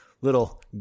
little